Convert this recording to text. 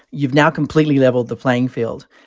you've now completely leveled the playing field.